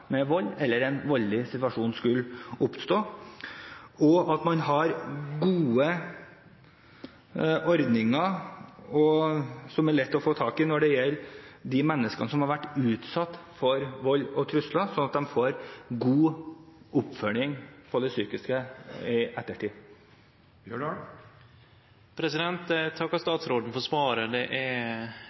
med vold, eller en voldelig situasjon skulle oppstå man har gode ordninger som er lette å få tak i når det gjelder de menneskene som har vært utsatt for vold og trusler, slik at de får god psykisk oppfølging i ettertid Eg takkar statsråden for svaret. Det